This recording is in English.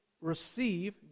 receive